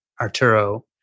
Arturo